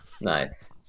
Nice